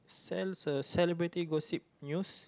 cel~ uh celebrity gossip news